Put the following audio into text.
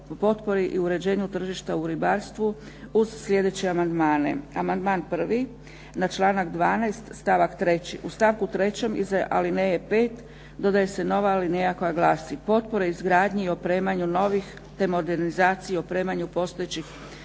i uređenju tržišta u ribarstvu uz sljedeće amandmane: Amandman 1. na članak 12. stavak 3. u stavku 3. iza alineje 5. dodaje se nova alineja koja glasi: „Potpore izgradnji i opremanju novih te modernizaciju i opremanju postojećih